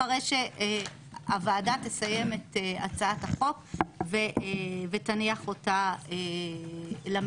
אחרי שהוועדה תסיים את הצעת החוק ותניח אותה למליאה.